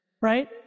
Right